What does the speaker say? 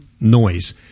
noise